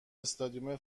استادیوم